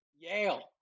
Yale